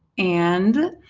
and,